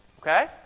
Okay